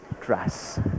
dress